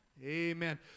Amen